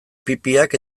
pipiak